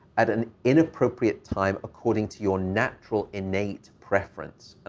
at an inappropriate time according to your natural innate preference,